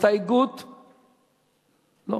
הסתייגות מס' 17,